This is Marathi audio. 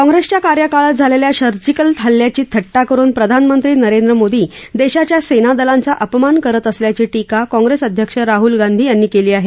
काँप्रेसच्या कार्यकाळात झालेल्या सर्जिकल हल्ल्याची थट्टा करुन प्रधानमंत्री नरेंद्र मोदी देशाच्या सेनादलांचा अपमान करत असल्याची टिका काँप्रेस अध्यक्ष राहूल गांधी यांनी केली आहे